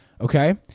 okay